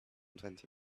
twenty